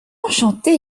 enchantée